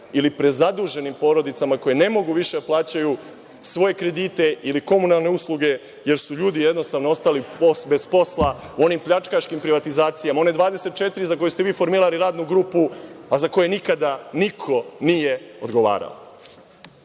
ili prezaduženim porodicama koje ne mogu više da plaćaju svoje kredite ili komunalne usluge, jer su ljudi jednostavno ostali bez posla u onim pljačkaškim privatizacijama, one 24 za koje ste vi formirali radnu grupu, a za koje nikada niko nije odgovarao. Koliko